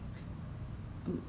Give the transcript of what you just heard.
so for different mask